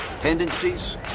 tendencies